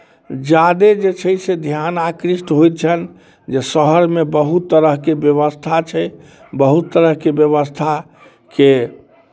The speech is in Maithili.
ज्यादे जे छै से ध्यान आकृष्ट होइत छनि जे शहरमे बहुत तरहके व्यवस्था छै बहुत तरहके व्यवस्था के